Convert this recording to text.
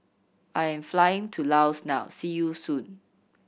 I am flying to Laos now see you soon